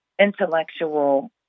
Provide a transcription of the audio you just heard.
intellectual